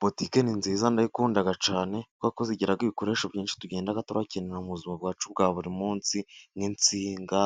Butike ni nziza ndayikunda cyane kuko zigira ibikoresho byinshi ,tugenda dukenera mu buzima bwacu bwa buri munsi, nk'insinga,